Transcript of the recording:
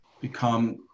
become